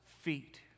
feet